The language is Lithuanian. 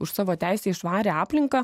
už savo teisę į švarią aplinką